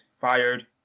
fired